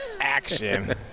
action